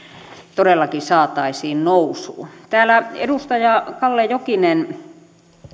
todellakin saataisiin nousuun täällä edustaja kalle jokinen